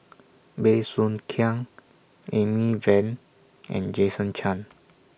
Bey Soo Khiang Amy Van and Jason Chan